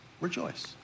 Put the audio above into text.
Rejoice